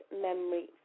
memory